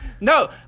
No